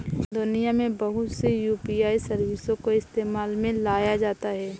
दुनिया में बहुत सी यू.पी.आई सर्विसों को इस्तेमाल में लाया जाता है